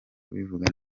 kubivuga